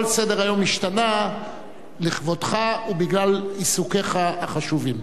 כל סדר-היום השתנה לכבודך ובגלל עיסוקיך החשובים.